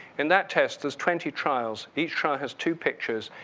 in that test, there's twenty trials, each trial has two pictures.